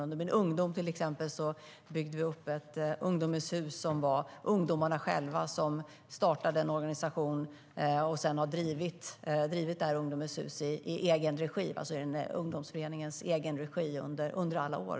Under min ungdom byggde vi till exempel upp ett ungdomens hus. Det var ungdomarna själva som startade en organisation och sedan har drivit ungdomens hus i ungdomsföreningens egen regi under alla år.